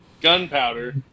Gunpowder